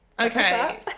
okay